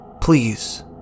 Please